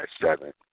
seven